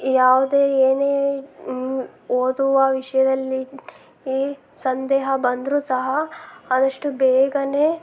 ಯಾವುದೇ ಏನೇ ಓದುವ ವಿಷಯದಲ್ಲಿ ಏ ಸಂದೇಹ ಬಂದರೂ ಸಹ ಆದಷ್ಟು ಬೇಗನೇ